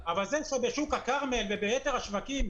אבל בשוק הכרמל, וביתר השווקים,